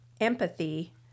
empathy